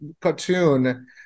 cartoon